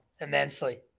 immensely